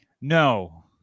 No